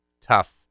tough